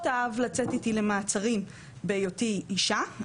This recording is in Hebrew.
אהב לצאת איתי למעצרים בהיותי אישה,